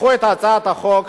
קחו את הצעת החוק,